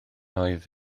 oedd